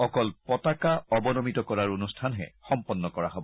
অকল পতাকা অৱনমিত কৰাৰ অনুষ্ঠানহে সম্পন্ন হব